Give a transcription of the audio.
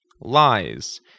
lies